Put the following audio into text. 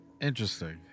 Interesting